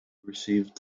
received